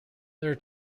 their